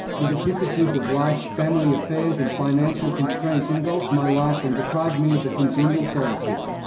the vicissitudes of life, family affairs and financial constraints engulfed my life and deprived me of the congenial solitude.